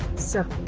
sir,